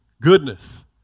Goodness